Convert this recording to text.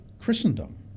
Christendom